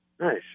Nice